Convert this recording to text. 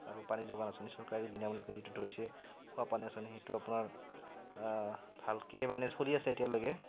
আৰু পানী যোগান আঁচনি চৰকাৰে বিনামূলীয়াকৈ যিটো ধৰিছে খোৱা পানী আঁচনি সেইটো আপোনাৰ ভালকেই মানে চলি আছে এতিয়ালৈকে